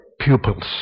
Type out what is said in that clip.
pupils